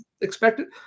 expected